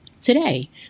Today